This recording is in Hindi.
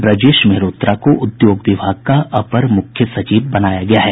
ब्रजेश मेहरोत्रा को उद्योग विभाग का अपर मुख्य सचिव बनाया गया है